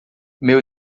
meu